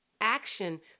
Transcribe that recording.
action